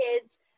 kids